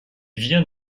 vient